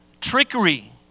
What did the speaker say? trickery